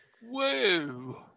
Whoa